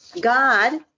God